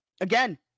again